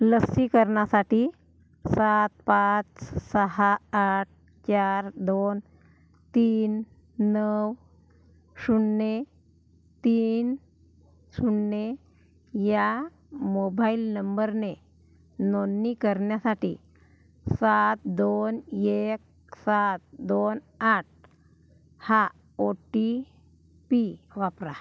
लसीकरणासाठी सात पाच सहा आठ चार दोन तीन नऊ शून्य तीन शून्य या मोभाईल नंबरने नोंदणी करण्यासाठी सात दोन एक सात दोन आठ हा ओ टी पी वापरा